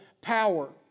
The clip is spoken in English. power